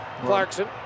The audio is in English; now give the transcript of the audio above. Clarkson